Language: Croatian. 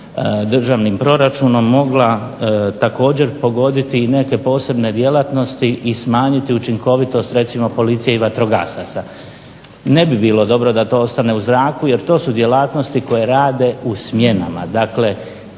državnim proračunom mogla također pogoditi i neke posebne djelatnosti i smanjiti učinkovitost recimo policije i vatrogasaca. Ne bi bilo dobro da to ostane u zraku jer to su djelatnosti koje rade u smjenama.